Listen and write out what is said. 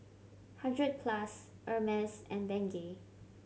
Hundred Plus Hermes and Bengay